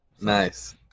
Nice